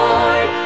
Lord